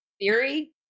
theory